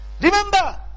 Remember